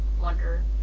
wonder